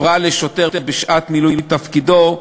הפרעה לשוטר בשעת מילוי תפקידו,